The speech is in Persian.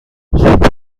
سوپ